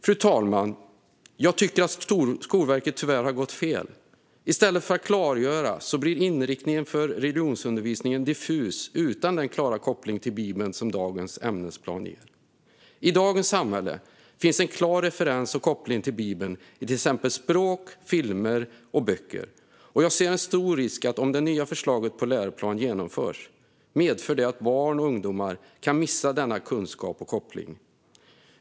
Fru talman! Jag tycker att Skolverket tyvärr har gått fel. I stället för att klargöra gör man inriktningen för religionsundervisningen diffus, utan den klara koppling till Bibeln som dagens ämnesplan ger. I dagens samhälle finns en klar referens och koppling till Bibeln i exempelvis språk, filmer och böcker. Om det nya förslaget till läroplan genomförs ser jag en stor risk att det medför att barn och ungdomar missar denna kunskap och koppling.